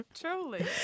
Truly